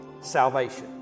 salvation